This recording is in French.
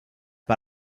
par